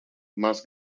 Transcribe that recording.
más